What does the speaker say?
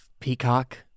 Peacock